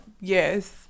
yes